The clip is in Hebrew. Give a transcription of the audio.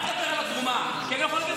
אל תדבר על התרומה,